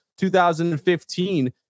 2015